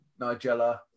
nigella